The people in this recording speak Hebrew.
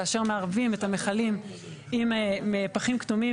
כאשר מערבים את המכלים עם פחים כתומים,